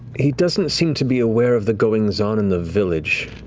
he doesn't seem to be aware of the goings on in the village,